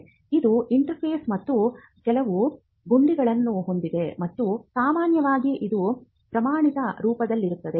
ಇದು ಇಂಟರ್ಫೇಸ್ ಮತ್ತು ಕೆಲವು ಗುಂಡಿಗಳನ್ನು ಹೊಂದಿದೆ ಮತ್ತು ಸಾಮಾನ್ಯವಾಗಿ ಇದು ಪ್ರಮಾಣಿತ ರೂಪದಲ್ಲಿರುತ್ತದೆ